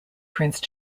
prince